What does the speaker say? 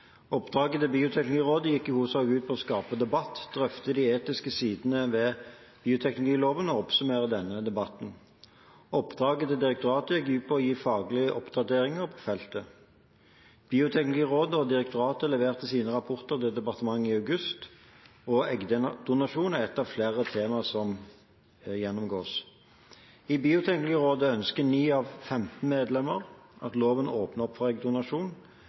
Oppdraget til Bioteknologirådet gikk i hovedsak ut på å skape debatt, drøfte de etiske sidene ved bioteknologiloven og oppsummere denne debatten. Oppdraget til direktoratet gikk ut på å gi faglige oppdateringer på feltet. Bioteknologirådet og direktoratet leverte sine rapporter til departementet i august, og eggdonasjon er ett av flere tema som gjennomgås. I Bioteknologirådet ønsker 9 av 15 medlemmer at loven åpner for eggdonasjon.